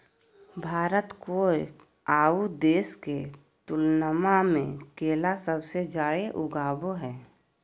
भारत कोय आउ देश के तुलनबा में केला सबसे जाड़े उगाबो हइ